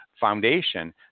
foundation